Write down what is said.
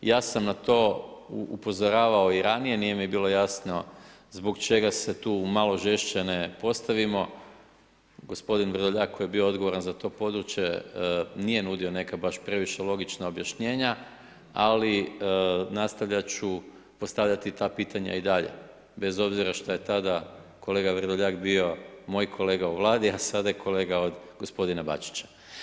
Ja sam na to upozoravao i ranije, nije mi bilo jasno zbog čega se tu malo žešće ne postavimo, gospodin Vrdoljak koji je bio odgovoran za to područje nije nudio neka baš previše logična objašnjenja, ali nastavljat ću postavljat ta pitanja i dalje bez obzira šta je tada kolega Vrdoljak bio moj kolega u Vladi, a sada je kolega od gospodina Bačića.